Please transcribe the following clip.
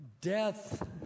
death